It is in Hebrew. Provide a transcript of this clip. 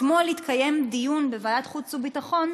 אתמול התקיים דיון בוועדת חוץ וביטחון